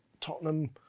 Tottenham